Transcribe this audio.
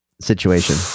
situation